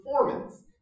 performance